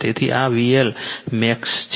તેથી આ VL max છે